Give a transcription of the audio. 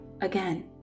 again